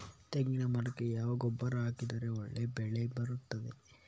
ತೆಂಗಿನ ಮರಕ್ಕೆ ಯಾವ ಗೊಬ್ಬರ ಹಾಕಿದ್ರೆ ಒಳ್ಳೆ ಬೆಳೆ ಬರ್ತದೆ?